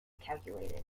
calculated